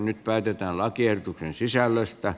nyt päätetään lakiehdotuksen sisällöstä